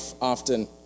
often